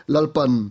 Lalpan